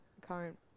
current